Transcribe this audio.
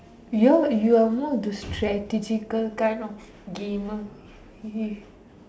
you you are more into strategically kind of gamer